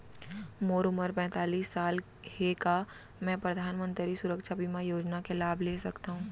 मोर उमर पैंतालीस साल हे का मैं परधानमंतरी सुरक्षा बीमा योजना के लाभ ले सकथव?